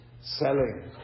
selling